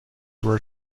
were